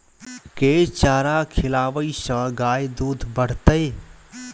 केँ चारा खिलाबै सँ गाय दुध बढ़तै?